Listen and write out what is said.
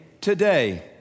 today